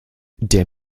der